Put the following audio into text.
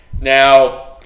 now